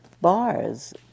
bars